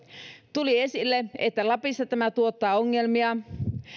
tuli esille että lapissa tämä tuottaa ongelmia